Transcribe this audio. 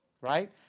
right